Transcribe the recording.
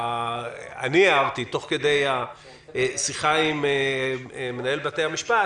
אני הערתי תוך כדי השיחה עם מנהל בתי המשפט